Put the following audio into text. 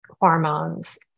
hormones